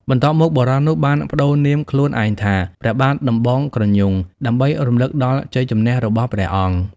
បន្ទាប់មក បុរសនោះបានប្តូរនាមខ្លួនឯងថា ព្រះបាទដំបងក្រញូង ដើម្បីរំលឹកដល់ជ័យជម្នះរបស់ព្រះអង្គ ។